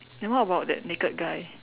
then what about that naked guy